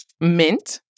mint